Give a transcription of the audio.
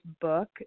book